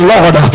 Lord